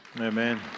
Amen